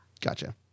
Gotcha